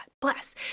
bless